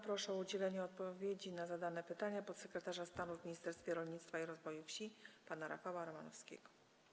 Proszę o udzielenie odpowiedzi na zadane pytania podsekretarza stanu w Ministerstwie Rolnictwa i Rozwoju Wsi pana Rafała Romanowskiego.